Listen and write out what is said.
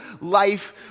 life